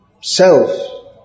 self